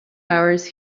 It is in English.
hours